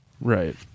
right